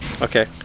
Okay